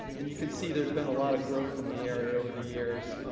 and you can see there's been a lot of growth in the area over the years.